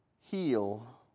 heal